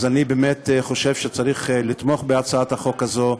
אני חושב שצריך לתמוך בהצעת החוק הזאת.